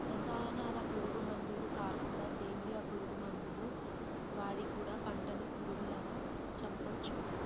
రసాయనాల పురుగు మందులు కాకుండా సేంద్రియ పురుగు మందులు వాడి కూడా పంటను పురుగులను చంపొచ్చు